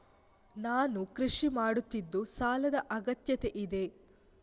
ನಾನು ಕೃಷಿ ಮಾಡುತ್ತಿದ್ದು ಸಾಲದ ಅಗತ್ಯತೆ ಇದೆ?